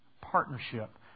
Partnership